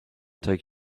take